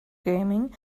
gaming